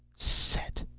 set!